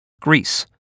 Greece